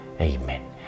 Amen